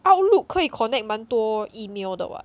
outlook 可以 connect 蛮多 email 的 [what]